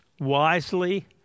wisely